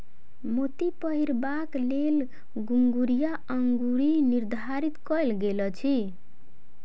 मोती पहिरबाक लेल कंगुरिया अंगुरी निर्धारित कयल गेल अछि